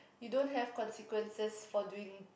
you don't have consequences for doing